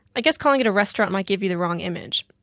i guess calling it a restaurant might give you the wrong image.